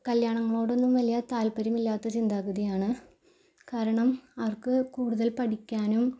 കല്യാണങ്ങളോടൊന്നും വലിയ താൽപ്പര്യമില്ലാത്ത ചിന്താഗതിയാണ് കാരണം അവർക്ക് കൂടുതൽ പഠിക്കാനും